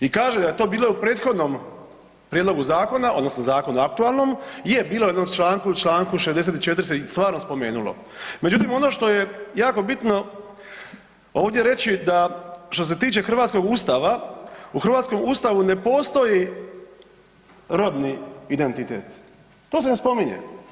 I kaže da je to bilo i u prethodnom prijedlogu zakona, odnosno zakona aktualnom, je, bilo je u jednom članku, čl. 64. se stvarno spomenulo, međutim ono što je jako bitno ovdje reći da što se tiče hrvatskog Ustava, u hrvatskom Ustavu ne postoji rodni identitet, to se ne spominje.